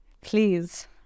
Please